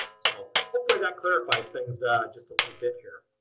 so hopefully that clarified things just a little bit here.